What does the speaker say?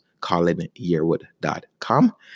colinyearwood.com